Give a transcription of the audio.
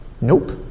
Nope